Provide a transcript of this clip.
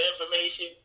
information